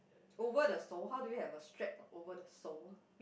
over the sole how do you have a strap over the sole